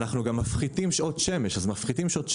אנחנו גם מפחיתים שעות שמש ב-10%-20%.